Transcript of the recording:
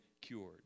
cured